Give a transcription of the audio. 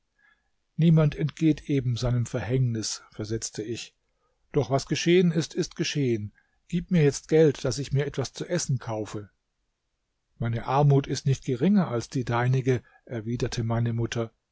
niemand entgeht eben seinem verhängnis versetzte ich doch was geschehen ist ist geschehen gib mir jetzt geld daß ich mir etwas zu essen kaufe meine armut ist nicht geringer als die deinige erwiderte meine mutter